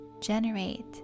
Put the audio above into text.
generate